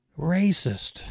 racist